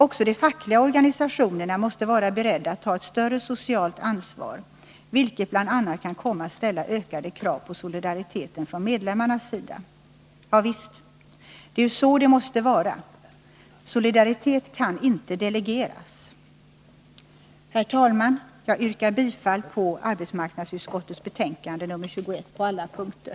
Också de fackliga organisationerna måste vara beredda att ta ett större socialt ansvar, vilket bl.a. kan komma att ställa ökade krav på solidariteten från medlemmarnas sida. Ja visst! Det är ju så det måste vara. Solidaritet kan inte delegeras. Herr talman! Jag yrkar bifall till arbetsmarknadsutskottets hemställan i utskottets betänkande nr 21 på alla punkter.